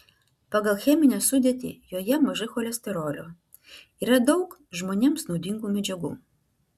pagal cheminę sudėtį joje mažai cholesterolio yra daug žmonėms naudingų medžiagų